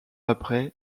après